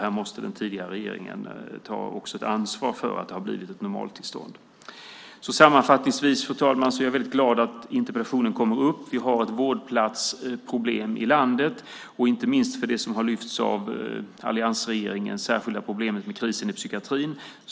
Här måste också den tidigare regeringen ta ett ansvar för att detta har blivit ett normaltillstånd. Sammanfattningsvis, fru talman, är jag väldigt glad att interpellationen kom upp. Vi har ett vårdplatsproblem i landet, inte minst det som har lyfts fram av alliansregeringen, det särskilda problemet med krisen inom psykiatrin.